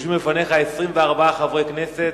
יושבים לפניך 24 חברי כנסת